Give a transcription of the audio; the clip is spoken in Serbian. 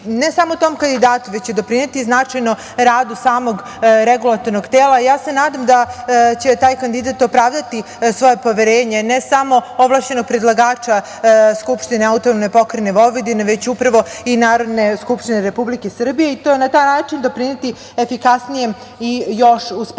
ne samo tom kandidatu, već i radu samog regulatornog tela. Ja se nadam da će taj kandidat opravdati svoje poverenje, ne samo ovlašćenog predlagača Skupštine AP Vojvodine, već upravo i Narodne skupštine Republike Srbije i na taj način doprineti efikasnijem i još uspešnijem